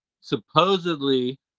supposedly